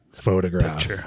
Photograph